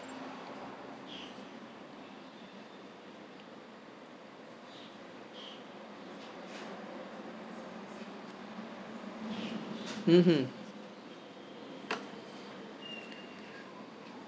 mmhmm